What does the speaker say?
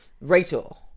Rachel